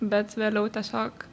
bet vėliau tiesiog